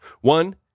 One